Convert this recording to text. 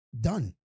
done